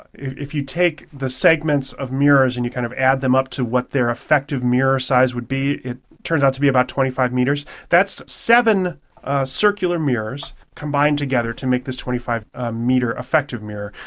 if you take the segments of mirrors and you kind of add them up to what their effective mirror size would be, it turns out to be about twenty five metres. that's seven circular mirrors combined together to make this twenty five ah metre effective mirror.